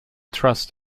trust